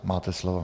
Máte slovo.